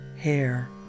hair